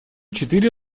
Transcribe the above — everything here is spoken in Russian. четыре